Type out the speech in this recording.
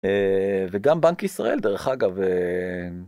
וגם בנק ישראל, דרך אגב.